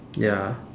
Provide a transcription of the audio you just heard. ya